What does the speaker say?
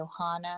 Ohana